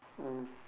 mm